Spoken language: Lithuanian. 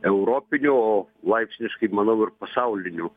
europiniu o laipsniškai manau ir pasauliniu